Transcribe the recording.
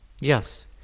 Yes